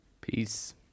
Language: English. Peace